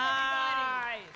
right